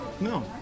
no